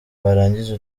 warangiza